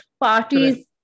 parties